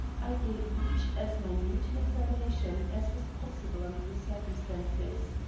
i gave each as minute an examination as was possible under the circumstances.